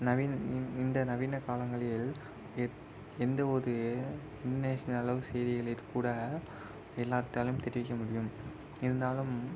நவீன இந் இந்த நவீன காலங்களில் எந் எந்த ஒரு இன்டர்நேஷனல் அளவு செய்திகளை கூட எல்லாத்தாலும் தெரிவிக்க முடியும் இருந்தாலும்